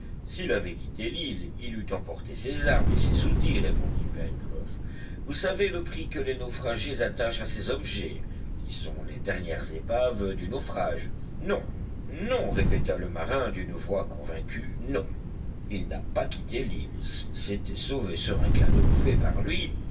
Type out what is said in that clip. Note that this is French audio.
s'il avait quitté l'île il eût emporté ses armes et ses outils répondit pencroff vous savez le prix que les naufragés attachent à ces objets qui sont les dernières épaves du naufrage non non répéta le marin d'une voix convaincue non il n'a pas quitté l'île s'il s'était sauvé sur un canot fait par lui